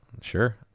sure